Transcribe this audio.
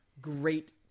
great